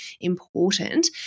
important